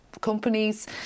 companies